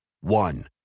One